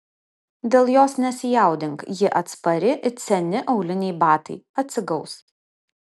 dėl jos nesijaudink ji atspari it seni auliniai batai atsigaus